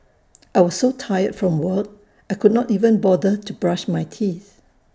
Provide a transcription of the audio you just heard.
I was so tired from work I could not even bother to brush my teeth